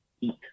eat